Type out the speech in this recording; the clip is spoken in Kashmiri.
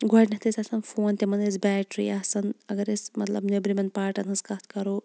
گۄڈنیٚتھ ٲسۍ آسان فون تِمَن ٲسۍ بیٹری آسان اَگَر أسۍ مَطلَب نیٚبرِمیٚن پاٹَن ہٕنٛز کَتھ کَرو تہٕ